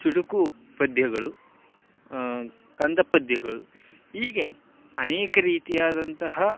ಚುಟುಕು ಪದ್ಯಗಳು ಕಂದಪದ್ಯಗಳು ಹೀಗೆ ಅನೇಕ ರೀತಿಯಾದಂತಹ